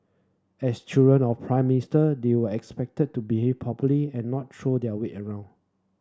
as children of Prime Minister they were expected to behave properly and not throw their weight around